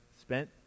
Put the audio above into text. spent